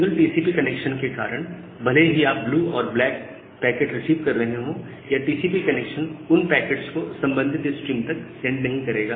single TCP connection के कारण भले ही आप ब्लू और ब्लैक पैकेट्स रिसीव कर रहे हो यह टीसीपी कनेक्शन उन पैकेट्स को संबंधित स्ट्रीम तक सेंड नहीं करेगा